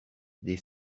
des